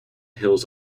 hills